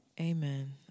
Amen